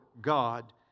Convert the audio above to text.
God